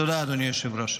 תודה, אדוני היושב-ראש.